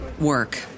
work